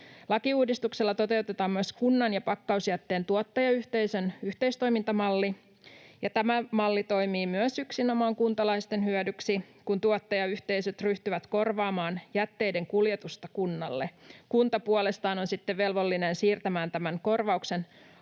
Lakiuudistuksella toteutetaan myös kunnan ja pakkausjätteen tuottajayhteisön yhteistoimintamalli, ja tämä malli toimii myös yksinomaan kuntalaisten hyödyksi, kun tuottajayhteisöt ryhtyvät korvaamaan jätteiden kuljetusta kunnalle. Kunta puolestaan on sitten velvollinen siirtämään tämän korvauksen asukkaiden